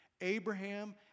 Abraham